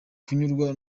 kunyurwa